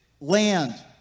land